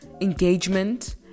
engagement